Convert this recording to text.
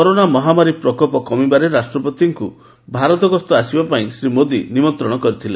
corona ମହାମାରୀର ପ୍ରକୋପ କମିବା ପରେ ରାଷ୍ଟ୍ରପତିଙ୍କୁ ଭାରତ ଗସ୍ତରେ ଆସିବା ପାଇଁ ଶ୍ରୀ ମୋଦୀ ନିମନ୍ତ୍ରଣ କରିଥିଲେ